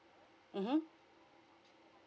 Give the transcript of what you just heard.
mmhmm